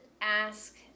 ask